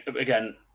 again